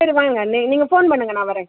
சரி வாங்க நீங்கள் ஃபோன் பண்ணுங்கள் நான் வர்றேன்